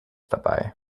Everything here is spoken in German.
dabei